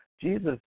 Jesus